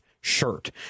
shirt